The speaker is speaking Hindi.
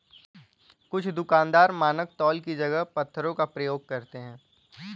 कुछ दुकानदार मानक तौल की जगह पत्थरों का प्रयोग करते हैं